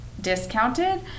discounted